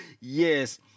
yes